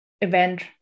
event